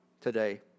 today